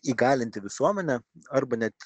įgalinti visuomenę arba net